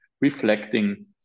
reflecting